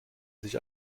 sich